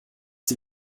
sie